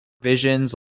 visions